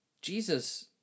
Jesus